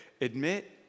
Admit